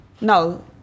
no